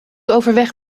overweg